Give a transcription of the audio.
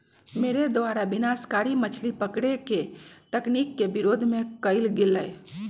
मेरे द्वारा विनाशकारी मछली पकड़े के तकनीक के विरोध कइल गेलय